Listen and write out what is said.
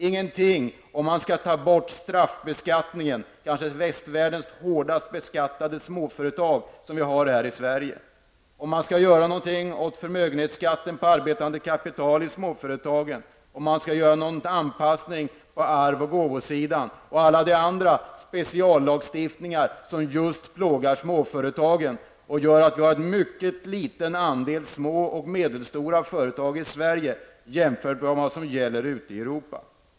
Ingenting har sagts om huruvida man skall ta bort straffbeskattningen på västvärldens kanske hårdast beskattade småföretag, som vi har här i Sverige. Ingenting har sagts om huruvida man skall göra något åt förmögenhetsskatten på arbetande kapital i småföretagen, huruvida man skall göra någon anpassning på arvs och gåvosidan och när det gäller alla de andra speciallagstiftningar som plågar just småföretagen och gör att vi har en mycket liten andel små och medelstora företag i Sverige jämfört med vad man har ute i Europa.